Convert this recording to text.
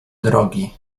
drogi